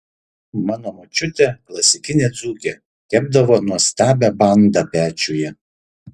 mano močiutė klasikinė dzūkė kepdavo nuostabią bandą pečiuje